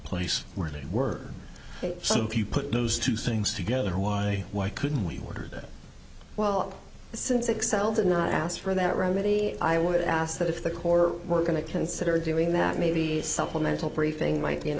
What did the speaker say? place where they were soup you put those two things together why why couldn't we ordered well since excel did not ask for that remedy i would ask that if the court we're going to consider doing that maybe a supplemental briefing might be in